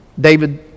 David